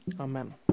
Amen